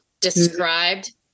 described